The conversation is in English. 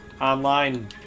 Online